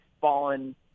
fallen